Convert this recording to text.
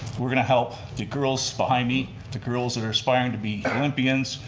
we're going to help the girls behind me, the girls that are aspiring to be olympians,